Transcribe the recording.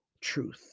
truth